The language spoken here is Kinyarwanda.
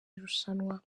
irushanwa